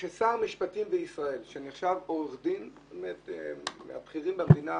שכששר משפטים בישראל שנחשב עורך דין מהבכירים במדינה,